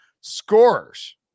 scorers